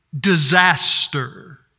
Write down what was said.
disaster